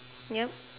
ya